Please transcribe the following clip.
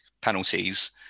penalties